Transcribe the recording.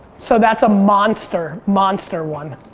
so that's a monster, monster one.